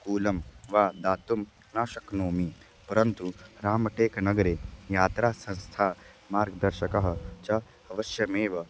कूलं वा दातुं न शक्नोमि परन्तु रामटेक्नगरे यात्रासंस्था मार्ग्दर्शकः च अवश्यमेव